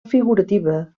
figurativa